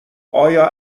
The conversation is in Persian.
ایا